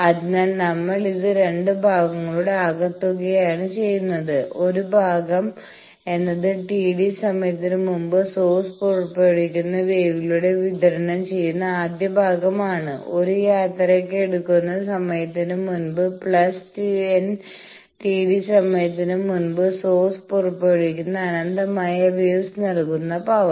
അതിനാൽ നമ്മൾ ഇത് രണ്ട് ഭാഗങ്ങളുടെ ആകെത്തുകയാണ് ചെയ്യുന്നത് ഒരു ഭാഗം എന്നത് TD സമയതിന്നു മുൻപ് സോഴ്സ് പുറപ്പെടുവിക്കുന്ന വേവിലൂടെ വിതരണം ചെയ്യുന്ന ആദ്യ ഭാഗമാണ് ഒരു യാത്രക്ക് എടുക്കുന്ന സമയത്തിന് മുൻപ് പ്ലസ് n TD സമയത്തിന് മുൻപ് സോഴ്സ് പുറപ്പെടുവിക്കുന്ന അനന്തമായ വേവ്സ് നൽകുന്ന പവർ